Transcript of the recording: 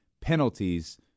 penalties